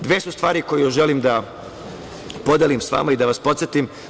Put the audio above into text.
Dve su stvari koje još želim da podelim sa vama i da vas podsetim.